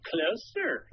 Closer